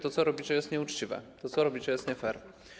To, co robicie, jest nieuczciwe, to, co robicie, jest nie fair.